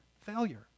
failure